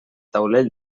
taulell